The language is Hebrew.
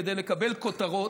כדי לקבל כותרות,